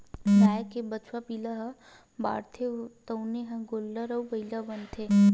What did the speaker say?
गाय के बछवा पिला ह बाढ़थे तउने ह गोल्लर अउ बइला बनथे